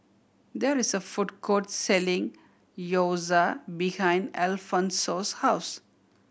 there is a food court selling Gyoza behind Alfonso's house